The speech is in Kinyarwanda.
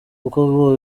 kuko